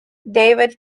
david